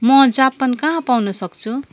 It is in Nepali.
म जापान कहाँ पाउन सक्छु